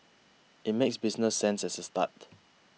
it makes business sense as a start